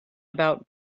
about